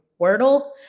Wordle